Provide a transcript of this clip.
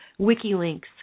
Wikilinks